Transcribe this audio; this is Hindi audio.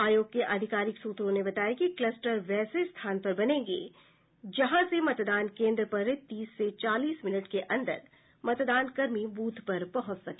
आयोग के आधिकारिक सूत्रों ने बताया कि कलस्टर वैसे स्थान पर बनेंगे जहां से मतदान केन्द्र पर तीस से चालीस मिनट के अंदर मतदानकर्मी बूथ पर पहुंच सके